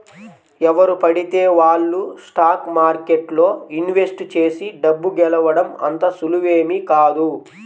ఎవరు పడితే వాళ్ళు స్టాక్ మార్కెట్లో ఇన్వెస్ట్ చేసి డబ్బు గెలవడం అంత సులువేమీ కాదు